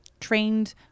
trained